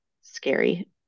scary